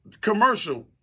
commercial